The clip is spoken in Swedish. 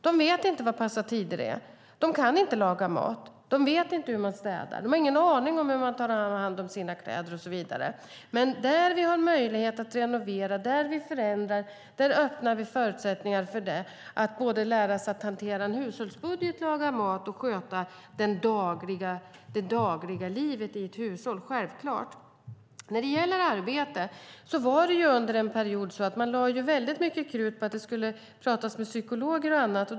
De vet inte vad det är att passa tider. De kan inte laga mat. De vet inte hur man städar. De har ingen aning om hur man tar hand om sina kläder och så vidare. Där vi har möjlighet att renovera och förändra öppnar vi förutsättningar för att man ska lära sig både att hantera en hushållsbudget, laga mat och sköta det dagliga livet i ett hushåll. Självklart är det så. När det gäller arbete lade man under en period väldigt mycket krut på att man skulle prata med psykologer och liknande.